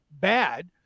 bad